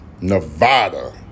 Nevada